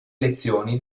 lezioni